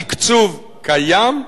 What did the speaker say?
התקצוב קיים.